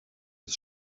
his